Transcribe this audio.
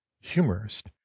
humorist